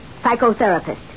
Psychotherapist